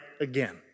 again